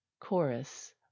Chorus